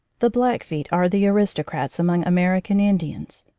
the blackfeet are the aristocrats among american indians.